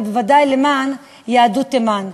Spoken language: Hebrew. ובוודאי למען יהדות תימן.